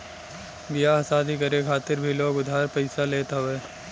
बियाह शादी करे खातिर भी लोग उधार पइचा लेत हवे